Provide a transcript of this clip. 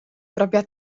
propria